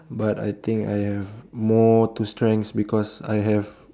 but I think I have more to strengths because I have